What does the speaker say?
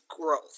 growth